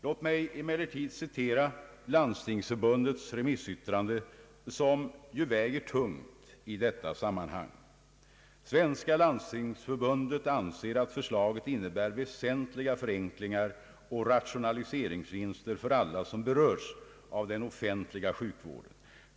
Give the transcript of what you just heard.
Låt mig citera Landstingsförbundets remissyttrande som ju väger tungt i detta sammanhang: »Svenska landstingsförbundet anser att förslaget innebär väsentliga förenklingar och rationaliseringsvinster för alla som berörs av den offentliga sjukvården.